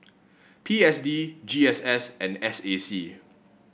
P S D G S S and S A C